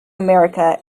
america